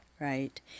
Right